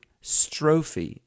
strophe